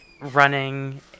running